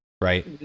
right